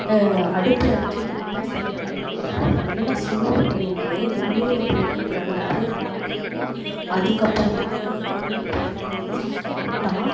அடுப்பில் வச்சி நல்லா சுட்டுறணும் நல்லா சூடு பண்ணிட்டு எண்ணெய்ல பொறிக்கக்கூடாது அப்படியே வாட்டிவிட்டு அதுக்கப்பறமாக அதை எண்ணெய்ல போட்டு பொறித்து சாப்பிட்டா